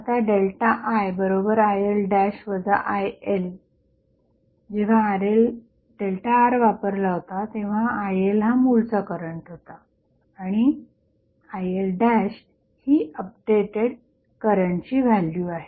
आता IIL IL जेव्हा ΔR वापरला होता तेव्हा ILहा मूळचा करंट होता आणि ILही अपडेटेड करंटची व्हॅल्यू आहे